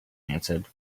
answered